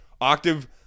Octave